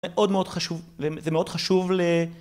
מאוד מאוד חשוב, זה מאוד חשוב ל...